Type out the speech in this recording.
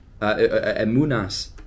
Emunas